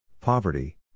poverty